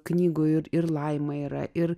knygoj ir ir laima yra ir